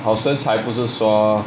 好身材不是说:hao shenan cai bu shi shuo